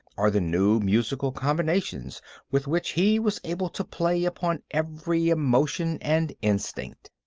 or the new musical combinations with which he was able to play upon every emotion and instinct.